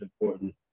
important